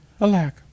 Alack